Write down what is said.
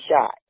shot